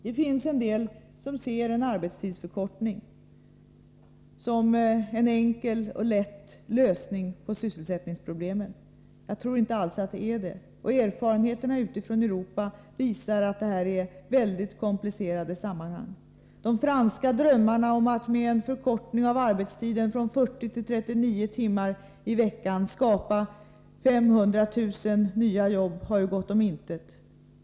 Det finns de som ser en arbetstidsförkortning som en enkel och lätt lösning på sysselsättningsproblemen. Jag tror inte alls att det är så. Erfarenheterna utifrån Europa visar att det här är fråga om mycket komplicerade sammanhang. De franska drömmarna om att med en förkortning av arbetstiden från 40 till 39 timmar i veckan skapa 500 000 nya jobb har gått om intet.